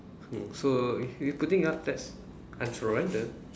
mm so if you putting up that's